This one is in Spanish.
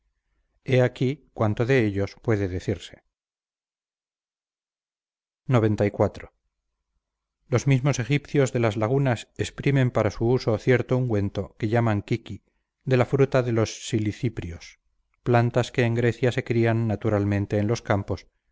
he aquí cuanto de ellos puede decirse xciv los mismos egipcios de las lagunas exprimen para su uso cierto ungüento que llaman kiki de la fruta de los siliciprios plantas que en grecia se crían naturalmente en los campos